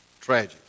tragic